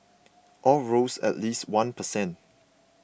all rose at least one per cent